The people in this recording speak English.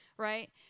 Right